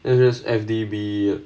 it's just F D B